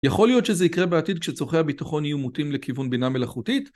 יכול להיות שזה יקרה בעתיד כשצורכי הביטחון יהיו מוטים לכיוון בינה מלאכותית